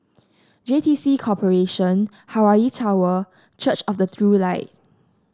J T C Corporation Hawaii Tower Church of the True Light